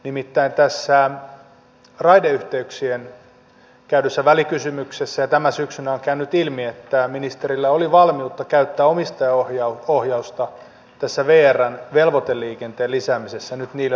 nimittäin tässä raideyhteyksistä käydyssä välikysymyksessä ja tänä syksynä on käynyt ilmi että ministerillä oli valmiutta käyttää omistajaohjausta tässä vrn velvoiteliikenteen lisäämisessä nyt niille lakkautettaville alueille